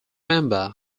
member